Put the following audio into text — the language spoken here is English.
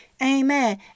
Amen